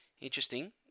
interesting